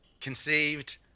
conceived